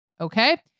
okay